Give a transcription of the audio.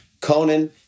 Conan